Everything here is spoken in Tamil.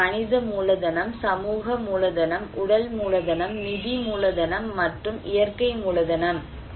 அவை மனித மூலதனம் சமூக மூலதனம் உடல் மூலதனம் நிதி மூலதனம் மற்றும் இயற்கை மூலதனம்